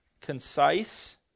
concise